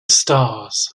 stars